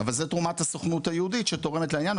אבל זה תרומת הסוכנות היהודית שתורמת לעניין.